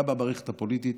גם במערכת הפוליטית,